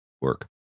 work